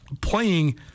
playing